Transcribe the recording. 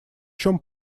чём